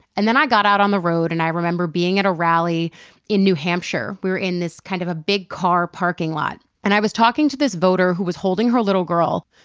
and then i got out on the road and i remember being at a rally in new hampshire. we were in this kind of big car parking lot. and i was talking to this voter who was holding her little girl,